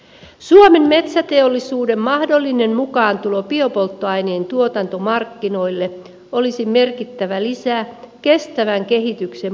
suomen metsäteollisuuden mahdollinen mukaantulo biopolttoaineen tuotantomarkkinoille olisi merkittävä lisä kestävän kehityksen polttoainetuotannossa